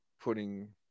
putting